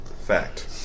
Fact